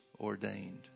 ordained